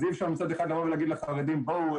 אז אי-אפשר מצד אחד לבוא ולהגיד לחרדים: בואו,